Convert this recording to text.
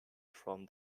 from